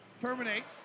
terminates